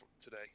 today